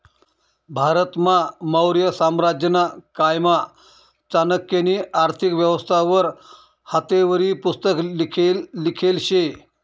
भारतमा मौर्य साम्राज्यना कायमा चाणक्यनी आर्थिक व्यवस्था वर हातेवरी पुस्तक लिखेल शे